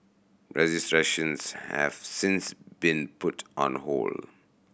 registrations have since been put on hold